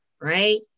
right